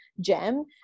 gem